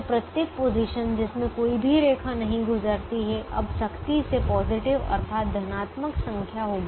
तो प्रत्येक पोजीशन जिसमें कोई भी रेखा नहीं गुजरती है अब सख्ती से पॉजिटिव अर्थात धनात्मक संख्या होगी